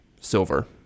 silver